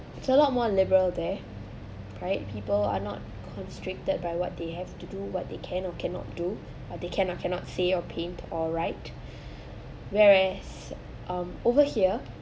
it's a lot more liberal there right people are not constricted by what they have to do what they can or cannot do or they can or cannot say or paint or right whereas um over here